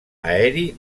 aeri